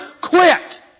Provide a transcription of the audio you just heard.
quit